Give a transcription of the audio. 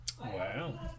Wow